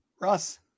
Russ